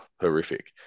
horrific